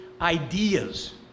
ideas